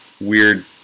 weird